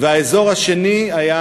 והאזור השני היה